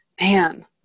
Man